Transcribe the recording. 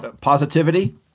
Positivity